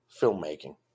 filmmaking